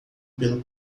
pelo